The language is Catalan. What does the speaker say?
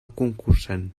concursant